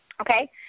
okay